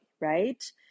right